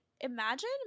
imagine